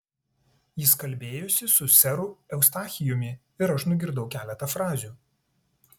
jis kalbėjosi su seru eustachijumi ir aš nugirdau keletą frazių